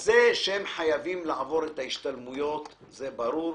זה שהם חייבים לעבור את ההשתלמויות, זה ברור.